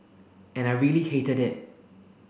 and I really hated it